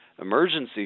emergency